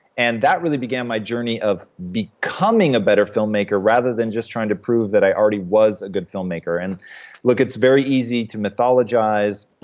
and that really began my journey of becoming a better filmmaker rather than just trying to prove that i already was a good filmmaker and look, it's very easy to mythologize.